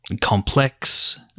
complex